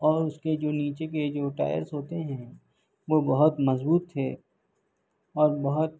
اور اس کے جو نیچے کے جو ٹائرس ہوتے ہیں وہ بہت مضبوط تھے اور بہت